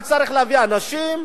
רק צריך להביא אנשים,